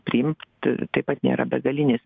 priimt taip pat nėra begalinis